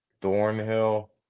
Thornhill